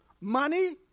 money